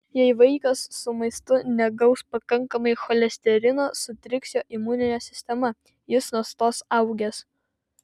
jei vaikas su maistu negaus pakankamai cholesterino sutriks jo imuninė sistema jis nustos augęs